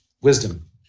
Wisdom